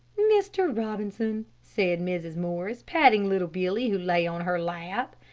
mr. robinson, said mrs. morris, patting little billy, who lay on her lap,